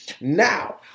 Now